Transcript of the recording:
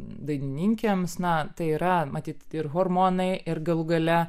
dainininkėms na tai yra matyt ir hormonai ir galų gale